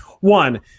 one